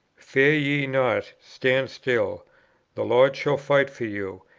fear ye not, stand still the lord shall fight for you,